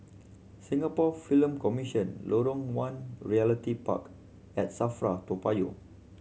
Singapore Film Commission Lorong One Realty Park and SAFRA Toa Payoh